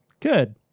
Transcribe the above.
Good